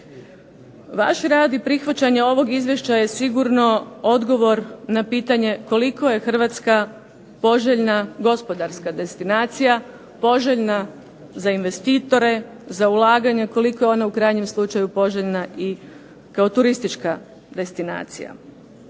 Vaš rad i prihvaćanje ovog Izvješća je sigurno odgovor na pitanje koliko je Hrvatska poželjna gospodarska destinacija, poželjna za investitore, za ulaganja, koliko je ona u krajnjem slučaju poželjna i kao turistička destinacija.